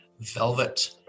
velvet